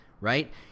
right